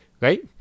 right